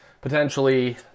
potentially